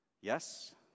Yes